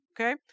okay